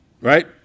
Right